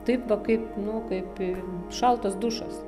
taip va kaip nu kaip šaltas dušas